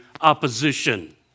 opposition